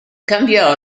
cambiò